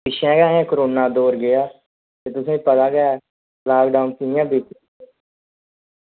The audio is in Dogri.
पिच्छें जेहा कोरोना दौर गेआ ते तुसेंगी पता गै लॉकडाऊन च इंया